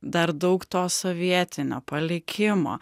dar daug to sovietinio palikimo